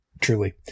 Truly